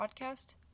podcast